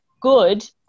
good